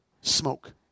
smoke